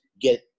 get